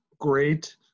great